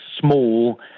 small